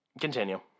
Continue